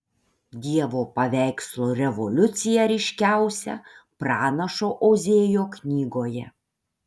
dievo paveikslo revoliucija ryškiausia pranašo ozėjo knygoje